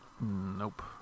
Nope